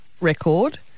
record